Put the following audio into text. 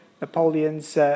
Napoleon's